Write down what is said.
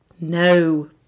no